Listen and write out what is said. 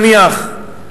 נניח,